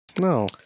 No